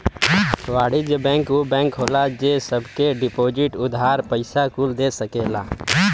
वाणिज्य बैंक ऊ बैंक होला जे सब के डिपोसिट, उधार, पइसा कुल दे सकेला